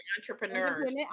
entrepreneurs